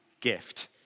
gift